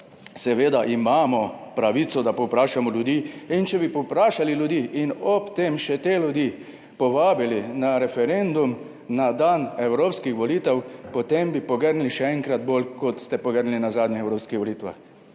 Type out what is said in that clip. seveda imamo pravico, da povprašamo ljudi in če bi povprašali ljudi in ob tem še te ljudi povabili na referendum na dan evropskih volitev, potem bi pogrnili še enkrat bolj kot ste pogrnili na zadnjih evropskih volitvah.